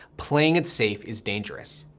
playing it safe is dangerous.